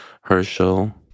Herschel